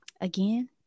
Again